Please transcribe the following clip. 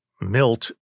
Milt